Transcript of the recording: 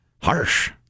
Harsh